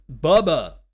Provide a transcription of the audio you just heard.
Bubba